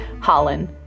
Holland